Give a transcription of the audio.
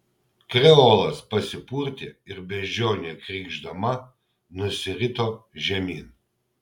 kreolas pasipurtė ir beždžionė krykšdama nusirito žemyn